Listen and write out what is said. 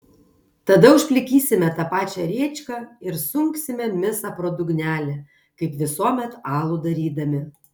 tada užplikysime tą pačią rėčką ir sunksime misą pro dugnelį kaip visuomet alų darydami